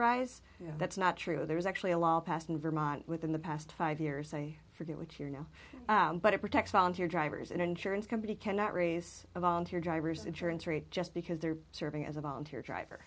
rise that's not true there was actually a law passed in vermont within the past five years i forget which you know but it protects volunteer drivers an insurance company cannot raise a volunteer drivers insurance rate just because they're serving as a volunteer driver